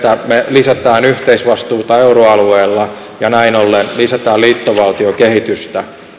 me lisäämme yhteisvastuuta euroalueella ja näin ollen lisäämme liittovaltiokehitystä